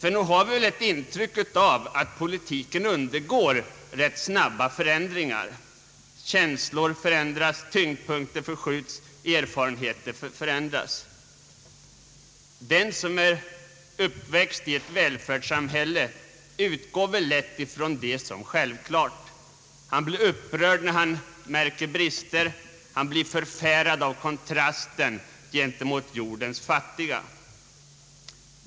Ty nog har vi väl ett intryck av att politiken undergår rätt snabba förändringar — känslor, tyngdpunkter och erfarenheter förändras. Den som är uppväxt i ett välfärdssamhälle utgår lätt ifrån det som självklart. Han blir upprörd när han märker brister, han blir förfärad av kontrasten gentemot jordens fattiga.